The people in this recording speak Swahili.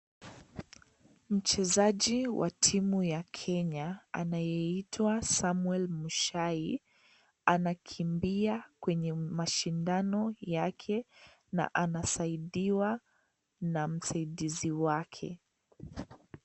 Mchezaji wa timu ya Kenya anayeitwa Samwel Muchai anakimbia kwenye mashindano yake na anasaidiwa na msaidizi wake.